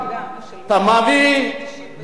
אתה מביא כיחד,